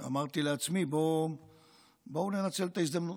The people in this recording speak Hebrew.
אמרתי לעצמי: בואו ננצל את ההזדמנות